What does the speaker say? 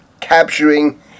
capturing